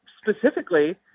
specifically